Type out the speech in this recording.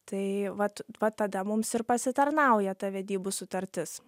tai vat vat tada mums ir pasitarnauja ta vedybų sutartis